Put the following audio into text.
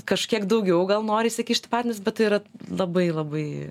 kažkiek daugiau gal norisi kišt partneris bet tai yra labai labai